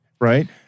right